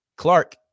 Clark